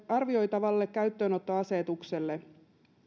arvioitavalle käyttöönottoasetukselle